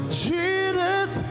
jesus